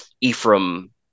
Ephraim